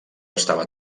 estava